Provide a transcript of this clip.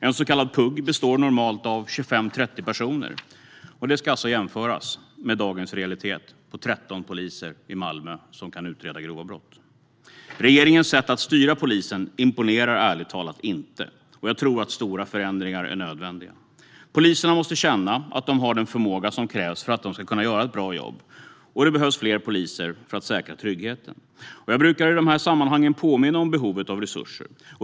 En så kallad PUG-grupp består normalt av 25-30 personer. Det ska alltså jämföras med dagens realitet: 13 poliser i Malmö som kan utreda grova brott. Regeringens sätt att styra polisen imponerar, ärligt talat, inte. Jag tror att stora förändringar är nödvändiga. Poliserna måste känna att de har den förmåga som krävs för att de ska kunna göra ett bra jobb, och det behövs fler poliser för att säkra tryggheten. Jag brukar i de här sammanhangen påminna om behovet av resurser.